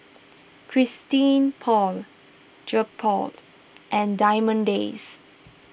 Christian Paul and Diamond Days